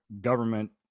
government